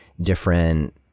different